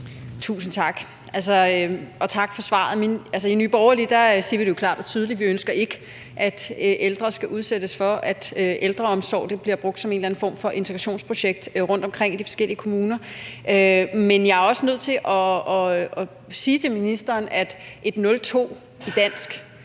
Tusind tak, og tak for svaret. Altså, i Nye Borgerlige siger vi jo klart og tydeligt: Vi ønsker ikke, at ældre skal udsættes for, at ældreomsorg bliver brugt som en eller anden form for integrationsprojekt rundtomkring i de forskellige kommuner. Men jeg er også nødt til at sige til ministeren, at et 02 i dansk